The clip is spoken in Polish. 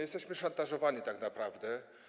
Jesteśmy szantażowani tak naprawdę.